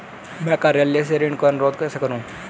मैं कार्यालय से ऋण का अनुरोध कैसे करूँ?